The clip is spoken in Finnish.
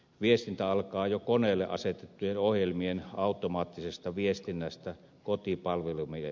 viestintä alkaa jo koneelle asetettujen ohjelmien automaattisesta viestinnästä kotipalvelimeen